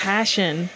Passion